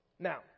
Now